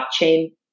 blockchain